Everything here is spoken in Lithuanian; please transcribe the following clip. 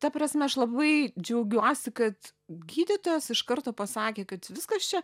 ta prasme aš labai džiaugiuosi kad gydytojas iš karto pasakė kad viskas čia